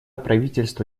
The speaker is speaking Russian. правительство